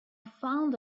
found